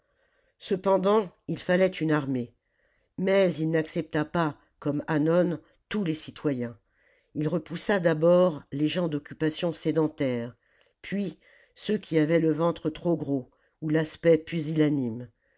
cependant il fallait une armée mais il n'accepta pas comme hannon tous les citoyens il repoussa d'abord les gens d'occupations sédentaires puis ceux qui avaient le ventre trop gros ou l'aspect pusillanime